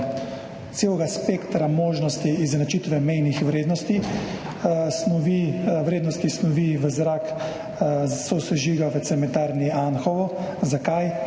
celega spektra možnosti izenačitve mejnih vrednosti snovi v zrak sosežiga v Cementarni Anhovo. Zakaj?